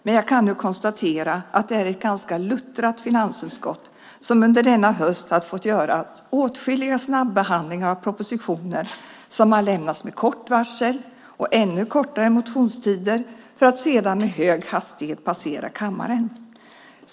Men jag kan konstatera att det är ett ganska luttrat finansutskott som under denna höst har fått göra åtskilliga snabbehandlingar av propositioner som har lämnats med kort varsel, och med ännu kortare motionstider, för att sedan med hög hastighet passera kammaren.